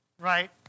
Right